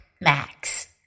Max